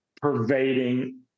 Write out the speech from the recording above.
pervading